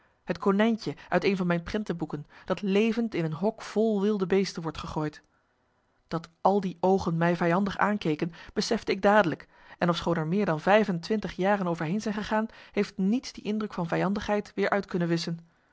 het konijntje uit een van mijn prentenboeken dat levend in een hok vol wilde beesten wordt gegooid dat al die oogen mij vijandig aankeken besefte ik dadelijk en ofschoon er meer dan vijf en twintig jaren over heen zijn gegaan heeft niets die indruk van vijandigheid weer uit kunnen wisschen